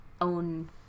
own